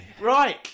Right